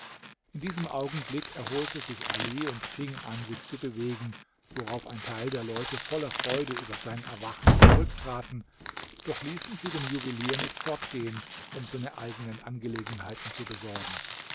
in diesem augenblick erholte sich ali und fing an sich zu bewegen worauf ein teil der leute voller freude über sein erwachen zurücktraten doch ließen sie den juwelier nicht fortgehen um seine eigenen angelegenheiten zu besorgen